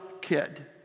kid